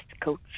coach